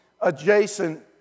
adjacent